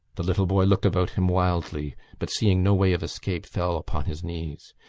the little boy looked about him wildly but, seeing no way of escape, fell upon his knees.